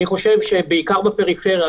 אני חושב שבעיקר בפריפריה,